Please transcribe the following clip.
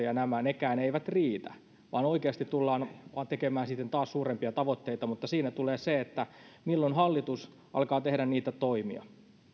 ja nämä eivät riitä vaan oikeasti tullaan tekemään taas suurempia tavoitteita mutta siinä tulee se että milloin hallitus alkaa tehdä niitä toimia